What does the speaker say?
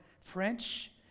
French